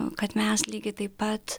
kad mes lygiai taip pat